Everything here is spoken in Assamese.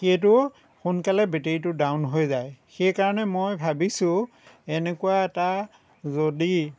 সেইটো সোনকালে বেটেৰীটো ডাউন হৈ যায় সেইকাৰণে মই ভাবিছোঁ এনেকুৱা এটা যদি